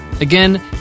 Again